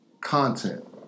content